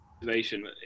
motivation